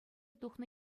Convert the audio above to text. тухнӑ